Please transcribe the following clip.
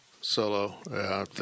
Solo